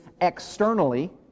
externally